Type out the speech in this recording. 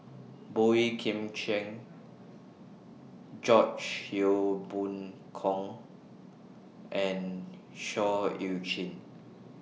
Boey Kim Cheng George Yeo Yong Boon and Seah EU Chin